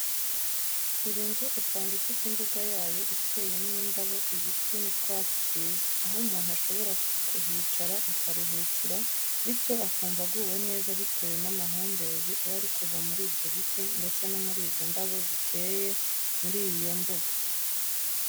Buri nzu usanga ifite imbuga yayo iteyemo indabo ,ibiti n'utwatsi twiza. Aho umuntu ashobora kuhicara akaharuhukira bityo akumva aguwe neza bitewe n'amahumbezi aba ari kuva muri ibyo biti ndetse no muri izo ndabo ziteye muri iyo mbuga.